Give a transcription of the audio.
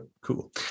cool